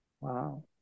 Wow